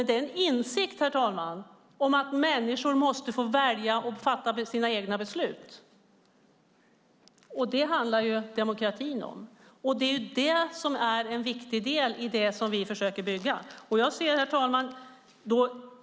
Det är en insikt om att människor måste få välja och fatta sina egna beslut. Detta handlar demokrati om, och det är en viktig del i det vi försöker bygga.